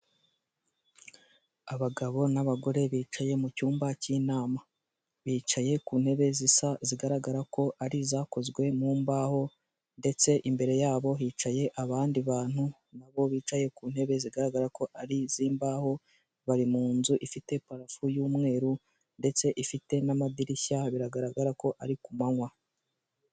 Abagabo n'abagore bicaye mu cyumba cy'inama bicaye ku ntebe zisa zigaragara ko ari izakozwe mu mbaho, ndetse imbere yabo hicaye abandi bantu nabo bicaye ku ntebe zigaragara ko ari iz'imbaho bari mu nzu ifite parafo y'umweru ndetse ifite n'amadirishya biragaragara ko ari ku manywa.